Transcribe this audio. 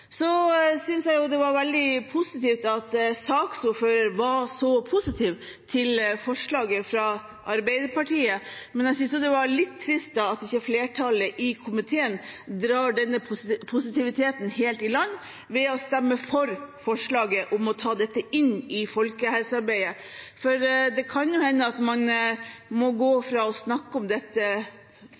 Så synes jeg det er veldig positivt at saksordføreren er så positiv til forslaget fra Arbeiderpartiet, men jeg synes det er litt trist at ikke flertallet i komiteen drar denne positiviteten helt i land ved å stemme for forslaget om å ta dette inn i folkehelsearbeidet. For det kan jo hende at man må gå fra å snakke om dette